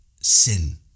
sin